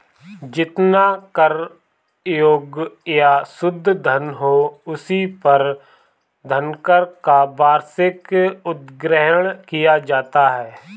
जितना कर योग्य या शुद्ध धन हो, उसी पर धनकर का वार्षिक उद्ग्रहण किया जाता है